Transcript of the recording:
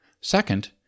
Second